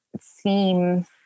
seem